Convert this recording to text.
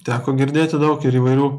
teko girdėti daug ir įvairių